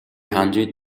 hundred